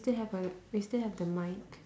still have uh we still have the mic